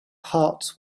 hearts